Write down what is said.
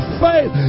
faith